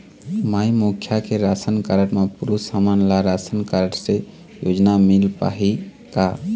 माई मुखिया के ration card म पुरुष हमन ला राशन कारड से योजना मिल पाही का?